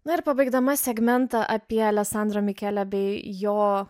na ir pabaigdama segmentą apie aleksandro mikele bei jo